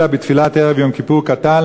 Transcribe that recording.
אלא בתפילת ערב יום כיפור קטן,